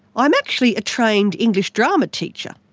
i am actually a trained english-drama teacher.